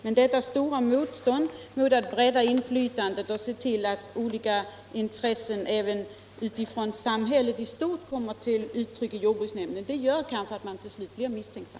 Men detta stora motstånd mot att bredda inflytandet och se till att intressen även utifrån samhället i stort kommer till uttryck i nämnden gör kanske att man till slut blir misstänksam.